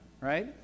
right